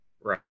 Right